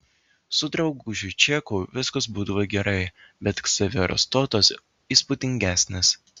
su draugužiu čeku viskas būdavo gerai bet ksavero stotas įspūdingesnis